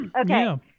Okay